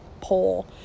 poll